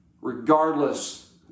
regardless